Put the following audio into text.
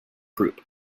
group